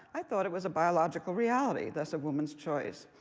i thought it was a biological reality, thus a woman's choice.